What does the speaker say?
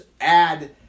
add